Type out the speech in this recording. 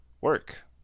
work